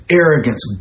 arrogance